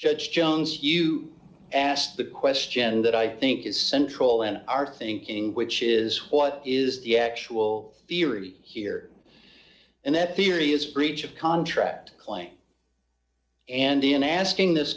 judge jones you asked the question that i think is central and our thinking which is what is the actual theory here and that theory is breach of contract claim and in asking this